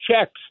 checks